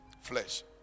Flesh